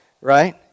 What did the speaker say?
right